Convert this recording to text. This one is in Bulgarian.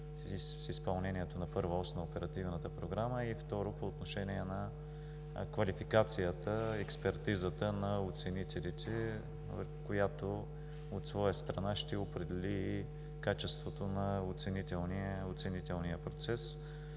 с изпълнението на първа ос на Оперативната програма и, второ, по отношение на квалификацията, експертизата на оценителите, която от своя страна ще определи качеството на оценителния процес.